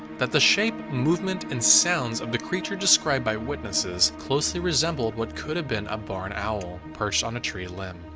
that the shape, movement, and sounds of the creature described by witnesses closely resembled what could have been a barn owl perched on a tree limb.